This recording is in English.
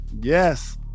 Yes